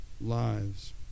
lives